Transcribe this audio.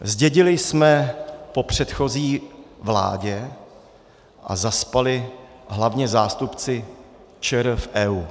Zdědili jsme po předchozí vládě a zaspali hlavně zástupci ČR v EU.